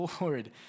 Lord